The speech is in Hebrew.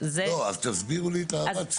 אז תסבירו לי את הרציונל.